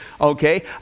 Okay